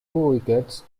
wickets